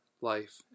Life